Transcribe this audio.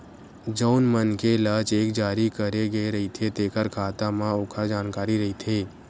जउन मनखे ल चेक जारी करे गे रहिथे तेखर खाता म ओखर जानकारी रहिथे